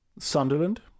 Sunderland